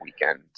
weekend